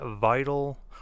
vital